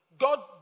God